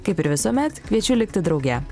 kaip ir visuomet kviečiu likti drauge